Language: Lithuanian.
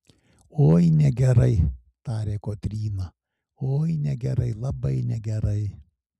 oi negerai tarė kotryna oi negerai labai negerai